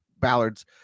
Ballard's